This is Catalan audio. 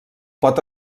pot